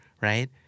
right